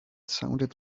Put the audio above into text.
sounded